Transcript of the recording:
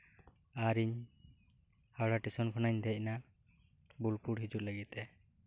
ᱟᱨᱤᱧ ᱦᱟᱣᱲᱟ ᱴᱮᱥᱚᱱ ᱠᱷᱱᱟᱜ ᱤᱧ ᱫᱮᱡ ᱮᱱᱟ ᱵᱳᱞᱯᱩᱨ ᱦᱤᱡᱩᱜ ᱞᱟᱹᱜᱤᱫ ᱛᱮ